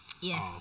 Yes